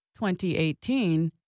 2018